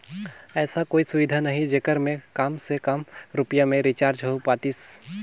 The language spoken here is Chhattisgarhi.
ऐसा कोई सुविधा नहीं जेकर मे काम से काम रुपिया मे रिचार्ज हो पातीस?